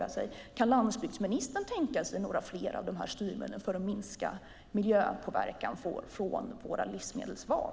Kan landsbygdsministern tänka sig några fler av styrmedlen för att minska miljöpåverkan från våra livsmedelsval?